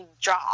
job